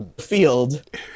field